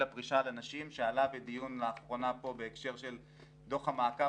הפרישה לנשים שעלה בדיון לאחרונה פה בהקשר של דוח המעקב